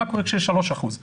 מה קורה כשיש 3%. עכשיו,